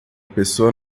pessoa